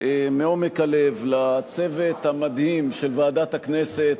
מעומק הלב לצוות המדהים של ועדת הכנסת,